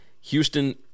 Houston